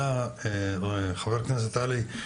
חבר הכנסת עלי,